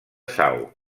sau